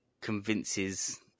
convinces